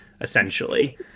essentially